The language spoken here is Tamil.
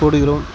போடுகிறோம்